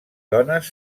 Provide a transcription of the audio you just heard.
dones